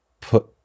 put